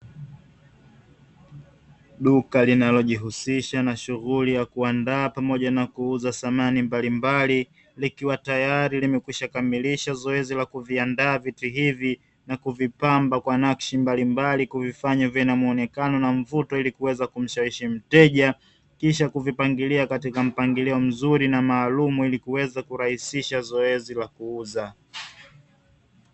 Duka linalojihusisha na shughuli ya kuandaa pamoja na kuuza samahani mbalimbali likiwa tayari limekwisha kamilisha zoezi la kuviandaa vitu hivi na kuvipamba kwa nakshi mbali mbali kuvifanya vina muonekano na mvuto ili kuweza kumshawishi mteja, kisha kuvipangilia katika mpangilio mzuri na maalumu ili kuweza kurahisisha zoezi la kuuza.